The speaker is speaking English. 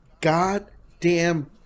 goddamn